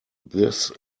this